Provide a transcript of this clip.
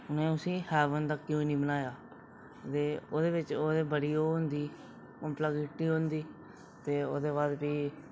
उंनें उसी हैवन दा क्यों नेईं बनाया ते ओह्दे बिच ओह्दी बड़ी ओह् होंदी कम्पलैक्सिटी होंदी ते ओह्दे बाद फ्ही